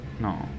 No